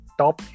top